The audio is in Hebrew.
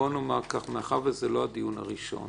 זה לא הדיון הראשון